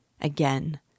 Again